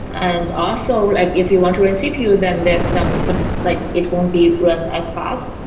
and also, like if you want to run cpu, then there's some some like it won't be run as fast.